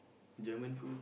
German food